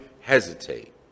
hesitate